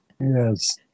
yes